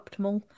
optimal